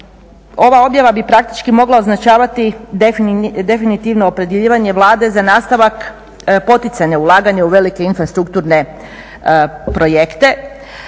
Ova objava bi praktički mogla označavati definitivno opredjeljivanje Vlade za nastavak poticanja ulaganja u velike infrastrukturne projekte